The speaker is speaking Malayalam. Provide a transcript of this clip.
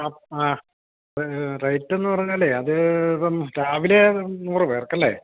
ആ ആ റേറ്റെന്നു പറഞ്ഞാലേ അത് ഇപ്പോള് രാവിലെ നൂറു പേർക്കല്ലേ